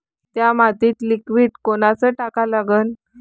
थ्या मातीत लिक्विड कोनचं टाका लागन?